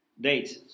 dates